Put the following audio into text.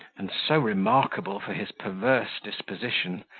and so remarkable for his perverse disposition,